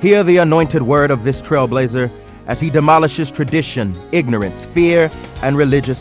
here the anointed word of this trailblazer as he demolishes tradition ignorance fear and religious